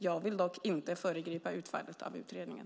Jag vill dock inte föregripa utfallet av utredningen.